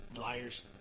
liars